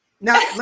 Now